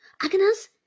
Agnes